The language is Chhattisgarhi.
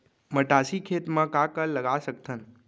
मटासी खेत म का का लगा सकथन?